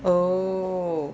oh